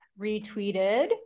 retweeted